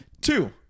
two